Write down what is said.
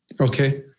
Okay